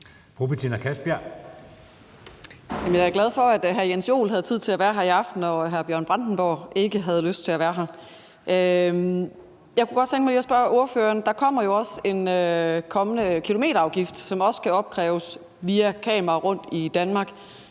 jeg er da glad for, at hr. Jens Joel havde tid til at være her i aften, når hr. Bjørn Brandenborg ikke havde lyst til at være her. Jeg kunne godt tænke mig lige at spørge ordføreren om noget. Der kommer jo også en kilometerafgift, hvor der skal være en kontrol via kameraer rundt i Danmark.